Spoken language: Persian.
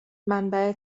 منبع